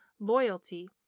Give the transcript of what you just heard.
loyalty